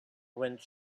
went